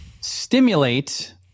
stimulate